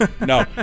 No